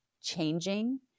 changing